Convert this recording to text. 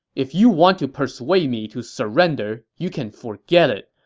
if you want to persuade me to surrender, you can forget it,